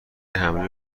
حمله